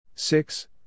Six